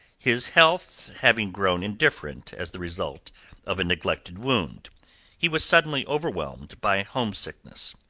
his health having grown indifferent as the result of a neglected wound he was suddenly overwhelmed by homesickness.